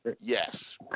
Yes